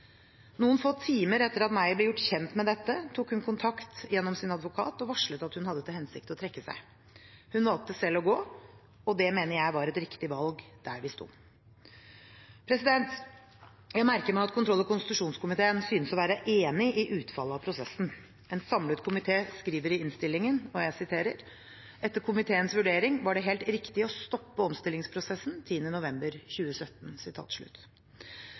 Noen få timer etter at Meyer ble gjort kjent med dette, tok hun kontakt gjennom sin advokat og varslet at hun hadde til hensikt å trekke seg. Hun valgte selv å gå, og det mener jeg var et riktig valg der vi sto. Jeg merker meg at kontroll- og konstitusjonskomiteen synes å være enig i utfallet av prosessen. En samlet komité skriver i innstillingen: «Etter komiteens vurdering var det helt riktig å stoppe omstillingsprosessen 10. november 2017.»